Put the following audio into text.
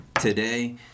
today